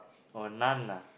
or none ah